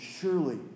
surely